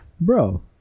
Bro